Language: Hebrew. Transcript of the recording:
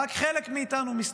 רק חלק מאיתנו, מסתבר.